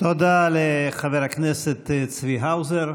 תודה לחבר הכנסת צבי האוזר.